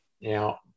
now